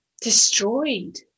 destroyed